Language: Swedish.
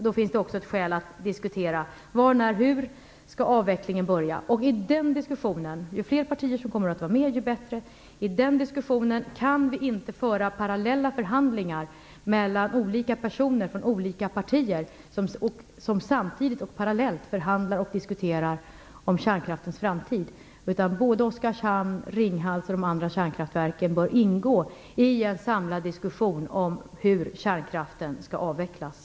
Då finns det också skäl att diskutera var, när och hur avvecklingen skall börja. Ju fler partier som kommer att vara med i den diskussionen, desto bättre är det. Under den diskussionen kan vi inte föra parallella förhandlingar mellan olika personer från olika partier som samtidigt förhandlar och diskuterar om kärnkraftens framtid, utan både Oskarshamn, Ringhals och de andra kärnkraftverken bör ingå i en samlad diskussion om hur kärnkraften skall avvecklas.